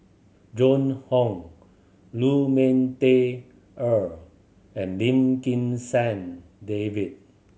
Joan Hon Lu Ming Teh Earl and Lim Kim San David